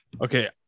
Okay